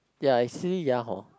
ya actually ya hor